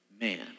man